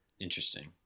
Interesting